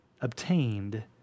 obtained